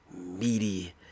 meaty